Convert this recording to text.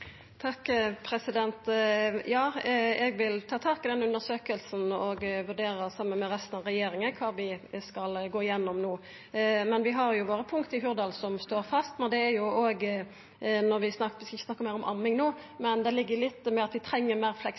Ja, eg vil ta tak i den undersøkinga og saman med resten av regjeringa vurdera kva vi skal gå igjennom no. Men vi har våre punkt i Hurdalsplattforma, og dei står fast. Eg skal ikkje snakka meir om amming no, men det handlar litt om at vi treng meir